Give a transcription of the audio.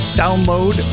download